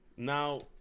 Now